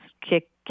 kick